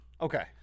Okay